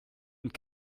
und